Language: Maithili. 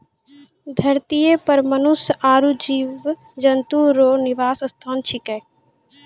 धरतीये पर मनुष्य आरु जीव जन्तु रो निवास स्थान छिकै